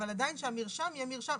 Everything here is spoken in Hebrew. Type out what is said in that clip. אבל עדיין שהמרשם יהיה מרשם.